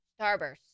Starburst